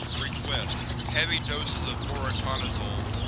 request heavy doses of voriconazole,